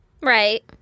Right